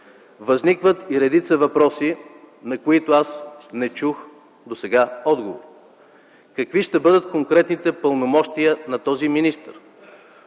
Възникват и редица въпроси, на които не чух досега отговор. Какви ще бъдат конкретните пълномощия на този министър?